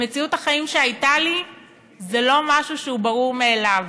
במציאות החיים שהייתה לי זה לא משהו ברור מאליו.